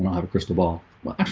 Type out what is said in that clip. um have a crystal ball well,